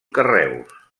carreus